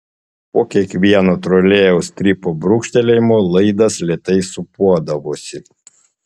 po kiekvieno trolėjaus strypo brūkštelėjimo laidas lėtai sūpuodavosi